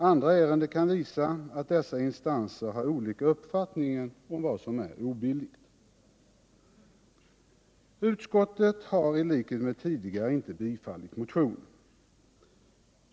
Andra ärenden kan visa all dessa instanser har olika uppfattningar om vad som är obilligt. Utskottet har, liksom tidigare, inte biträtt motionen.